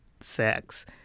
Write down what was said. sex